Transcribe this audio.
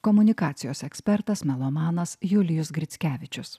komunikacijos ekspertas melomanas julijus grickevičius